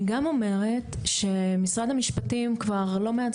אני גם אומרת שמשרד המשפטים כבר לא מעט